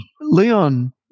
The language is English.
Leon